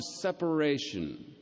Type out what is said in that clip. separation